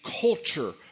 culture